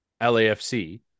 lafc